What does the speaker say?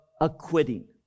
acquitting